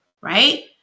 right